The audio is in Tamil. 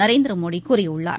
நரேந்திரமோடிகூறியுள்ளார்